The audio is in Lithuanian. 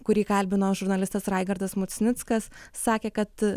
kurį kalbino žurnalistas raigardas musnickas sakė kad